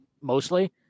mostly